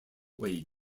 wei